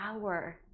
hour